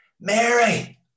Mary